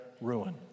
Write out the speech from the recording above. ruin